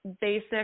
basic